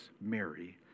Mary